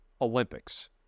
Olympics